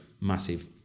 massive